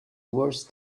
worse